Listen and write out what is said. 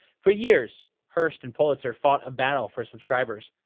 for years, hearst and pulitzer fought a battle for subscribers.